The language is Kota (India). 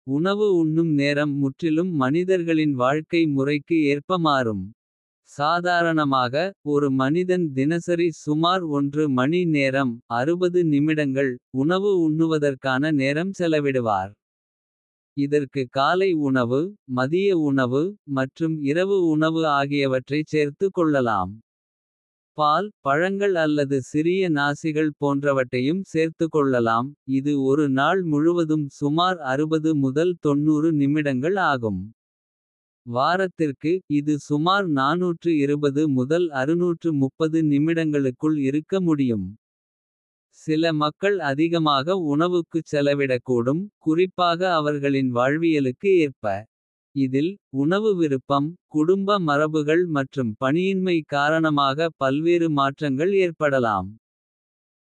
உணவு உண்ணும் நேரம் முற்றிலும் மனிதர்களின். வாழ்க்கை முறைக்கு ஏற்ப மாறும் சாதாரணமாக. ஒரு மனிதன் தினசரி சுமார் மணி நேரம் நிமிடங்கள். உணவு உண்ணுவதற்கான நேரம் செலவிடுவார். இதற்கு காலை உணவு மதிய உணவு மற்றும் இரவு. உணவு ஆகியவற்றைச் சேர்த்துக் கொள்ளலாம் பால். பழங்கள் அல்லது சிறிய நாசிகள் போன்றவற்றையும். சேர்த்துக்கொள்ளலாம் இது ஒரு நாள் முழுவதும் சுமார். முதல் நிமிடங்கள் ஆகும் வாரத்திற்கு இது சுமார். முதல் நிமிடங்களுக்குள் இருக்க முடியும் சில மக்கள். அதிகமாக உணவுக்குச் செலவிடக்கூடும் குறிப்பாக அவர்களின். வாழ்வியலுக்கு ஏற்ப இதில் உணவு விருப்பம். குடும்ப மரபுகள் மற்றும் பணியின்மை காரணமாக. பல்வேறு மாற்றங்கள் ஏற்படலாம்.